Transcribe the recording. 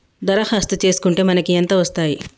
దరఖాస్తు చేస్కుంటే మనకి ఎంత వస్తాయి?